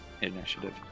initiative